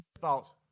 thoughts